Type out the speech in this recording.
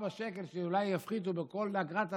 ארבעה שקלים שאולי יפחיתו כל אגרה.